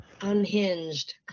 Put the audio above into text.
unhinged